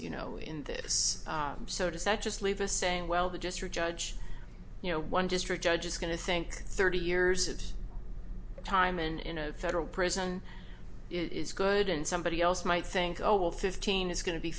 you know in this so does that just leave us saying well the district judge you know one district judge is going to think thirty years of time and in a federal prison is good and somebody else might think oh well fifteen is going to be